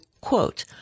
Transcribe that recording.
quote